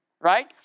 right